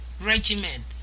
regiment